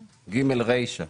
(ג) רישה.